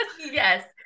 Yes